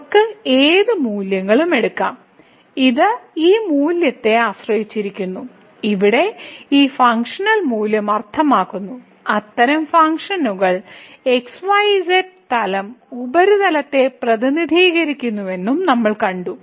അവർക്ക് ഏത് മൂല്യങ്ങളും എടുക്കാം ഇത് ഈ മൂല്യത്തെ ആശ്രയിച്ചിരിക്കുന്നു ഇവിടെ ഈ ഫംഗ്ഷണൽ മൂല്യം അർത്ഥമാക്കുന്നു അത്തരം ഫംഗ്ഷനുകൾ xyz തലം ഉപരിതലത്തെ പ്രതിനിധീകരിക്കുന്നുവെന്നും നമ്മൾ കണ്ടു